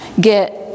get